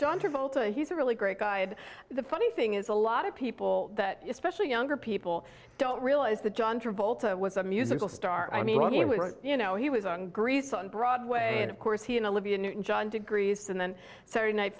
john travolta he's a really great guy had the funny thing is a lot of people especially younger people don't realize that john travolta was a musical star i mean you know he was on grease on broadway and of course he in the libyan john degrees and then saturday night